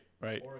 right